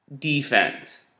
defense